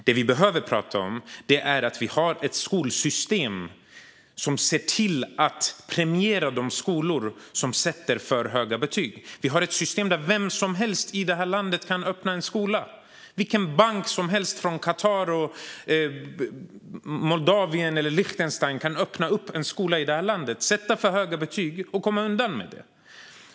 Vad vi behöver prata om är att vi har ett skolsystem som premierar de skolor som sätter för höga betyg. Vi har ett system som gör att vem som helst kan öppna en skola här i landet. Det kan vara vilken bank som helst från Qatar, Moldavien eller Liechtenstein kan öppna en skola här, sätta för höga betyg och komma undan med det.